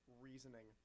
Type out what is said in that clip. reasoning